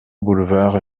boulevard